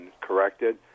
corrected